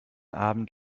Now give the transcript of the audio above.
abend